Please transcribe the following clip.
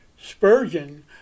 Spurgeon